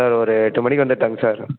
sir ஒரு எட்டு மணிக்கு வந்துர்ட்டாங்க சார்